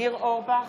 ניר אורבך,